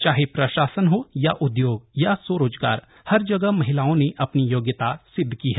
चाहे प्रशासन हो या उद्योग या स्वरोजगार हर जगह महिलाओं ने अपनी योग्यता सिद्ध की है